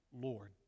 Lord